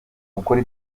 gukora